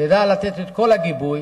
תדע לתת את כל הגיבוי